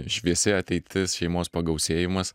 šviesi ateitis šeimos pagausėjimas